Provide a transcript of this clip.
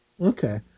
okay